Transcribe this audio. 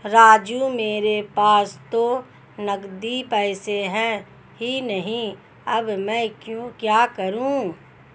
राजू मेरे पास तो नगदी पैसे है ही नहीं अब मैं क्या करूं